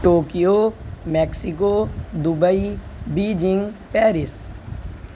Tokyo Mexico Dubai Beijing Paris